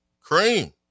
cream